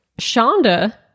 Shonda